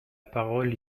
parole